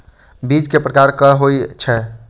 बीज केँ प्रकार कऽ होइ छै?